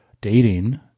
dating